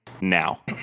now